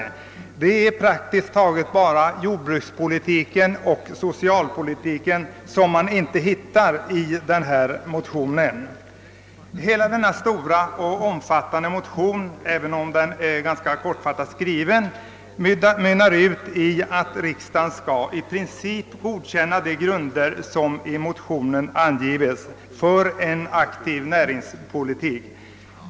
Det är praktiskt taget bara jordbrukspolitiken och socialpolitiken som man inte hittar i de här motionerna. Dessa motioner, som är stora och omfattande, även om de är kortfattat skrivna, mynnar ut i att riksdagen i princip skall godkänna de grunder som motionärerna anger för en aktiv näringspolitik.